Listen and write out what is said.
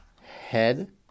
head